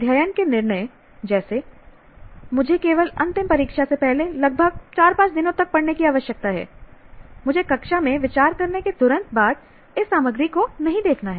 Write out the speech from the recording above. अध्ययन के निर्णय जैसे मुझे केवल अंतिम परीक्षा से पहले लगभग 4 5 दिनों तक पढ़ने की आवश्यकता है मुझे कक्षा में विचार करने के तुरंत बाद इस सामग्री को नहीं देखना है